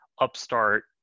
upstart